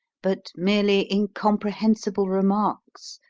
but merely incomprehensible remarks,